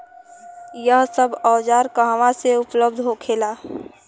यह सब औजार कहवा से उपलब्ध होखेला?